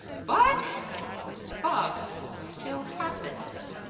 but the bug still happens.